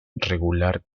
regular